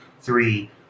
three